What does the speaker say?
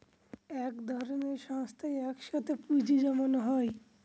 এক ধরনের সংস্থায় এক সাথে পুঁজি জমানো হয়